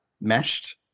meshed